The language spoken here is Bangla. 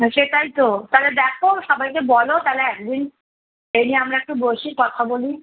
হ্যাঁ সেটাই তো তাহলে দেখো সবাইকে বলো তাহলে একদিন এই নিয়ে আমরা একটু বসি কথা বলি